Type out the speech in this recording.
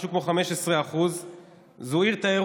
משהו כמו 15%. זו עיר תיירות,